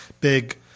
big –